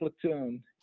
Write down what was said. platoon